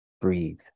breathe